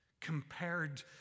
compared